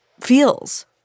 feels